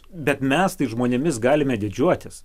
bet mes tais žmonėmis galime didžiuotis